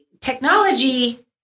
technology